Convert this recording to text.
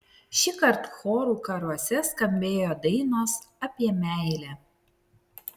šįkart chorų karuose skambėjo dainos apie meilę